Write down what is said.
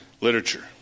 literature